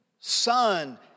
son